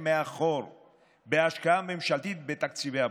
מאחור בהשקעה הממשלתית בתקציבי הבריאות.